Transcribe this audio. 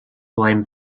blame